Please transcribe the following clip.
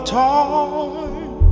time